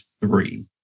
three